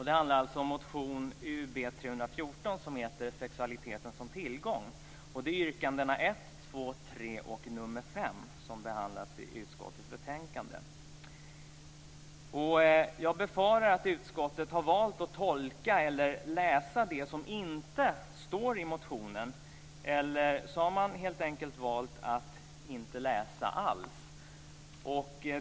Det handlar om motion Ub314, som heter Sexualiteten som tillgång. Det är yrkande 1, 2 3 och 5 som behandlas i utskottets betänkande. Jag befarar att utskottet har valt att tolka, eller läsa, det som inte står i motionen - eller så har man helt enkelt valt att inte läsa alls.